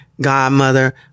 godmother